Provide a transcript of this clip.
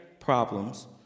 problems